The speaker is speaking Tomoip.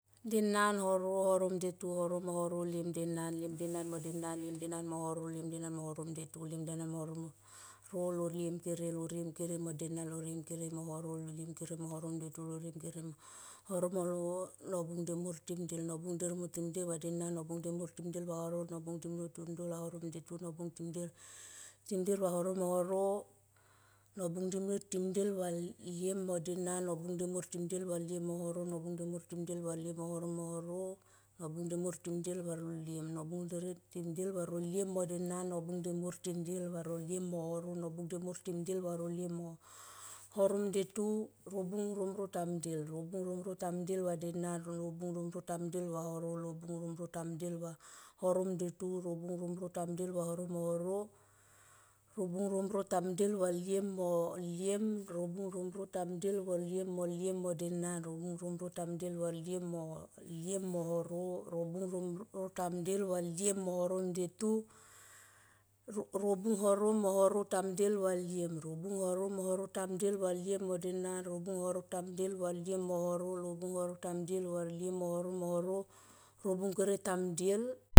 Denan, horo. horom ndetu, horomohoro, liem denan. Liem denan mo denan, liem denan mo horo, liem danan mo horom ndetu. liem denan mo horo mo horo. roliem kere, roliem kere mo denan, roliem kere mo horom ndetu, roliem kere mo horo moro, nobung demor temdel nobung demor temdel va denan, nobung demor temdel va horo, nobung demor temdel va horom detu, nobung demor demdel va horo moro, nobung demor temdel va liem mo denan. nobung demor temdel va liem mo horo, nobung demor temdel va horo mo horo, nobung demor temdel va roliem, nobung demor timdel va ro liem mo denan, nobung demor timdel va horom ndetu, robong romro tam del. Robung romro tame ndel va denan, robung romro tam ndel va haro, robung romro tam ndel. Ronobung romro tam ndel va denan, ronobung romro tam ndel va horom ndetu, robung romro tam ndel va roliem mo liem, robung romro tam ndle va roliem mo liem mo denan, robung romro tam ndle va liem mo horom ndetu, robung horomorotam ndel va liem. Robung horomorotam ndel va liem mo denan, robung horo tam ndel va liem mohoro, robung horo tam ndel va horo mo horo, robung kere tam ndel.